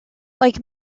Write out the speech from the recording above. like